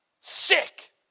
sick